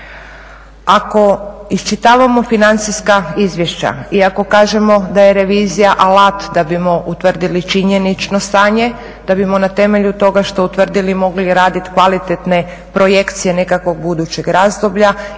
Ako iščitavamo financijska izvješća i ako kažemo da je revizija alat da bismo utvrdili činjenično stanje, da bismo na temelju toga što utvrdimo mogli raditi kvalitetne projekcije nekakvog budućeg razdoblja